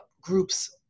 groups